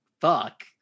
fuck